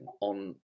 on